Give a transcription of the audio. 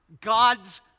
God's